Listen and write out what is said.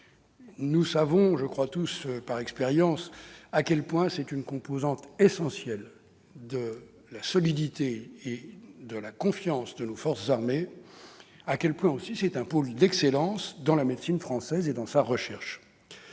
Nous savons tous par expérience à quel point ce service est une composante essentielle de la solidité et de la confiance de nos forces armées, et à quel point il constitue un pôle d'excellence dans la médecine française et la recherche.